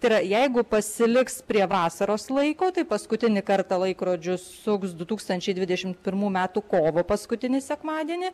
tai yra jeigu pasiliks prie vasaros laiko tai paskutinį kartą laikrodžius suks du tūkstančiai dvidešimt pirmų metų kovo paskutinį sekmadienį